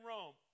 Rome